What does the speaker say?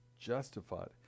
justified